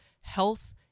health